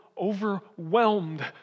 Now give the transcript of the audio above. overwhelmed